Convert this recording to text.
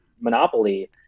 monopoly